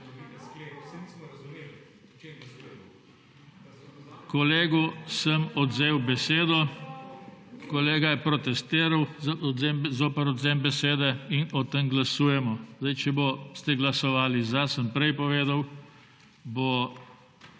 Kolegu sem odvzel besedo, kolega je protestiral zoper odvzem besede in o tem glasujemo. Zdaj, če boste glasovali za, sem prej povedal, bo